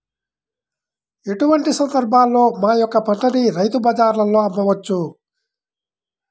ఎటువంటి సందర్బాలలో మా యొక్క పంటని రైతు బజార్లలో అమ్మవచ్చు?